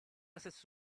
assets